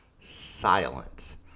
silence